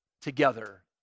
together